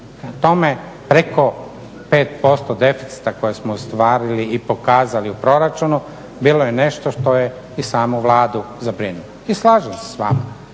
tome, preko 5% deficita koje smo ostvarili i pokazali u proračunu bilo je nešto što je i samu Vladu zabrinulo. I slažem se s vama.